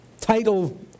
title